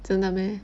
真的 meh